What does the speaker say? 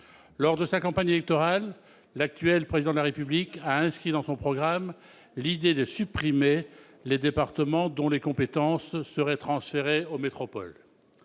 Lors de sa campagne électorale, l'actuel Président de la République a inscrit dans son programme l'idée de supprimer les départements dont les compétences seraient transférées aux métropoles.